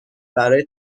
برای